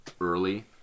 early